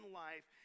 life